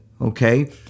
okay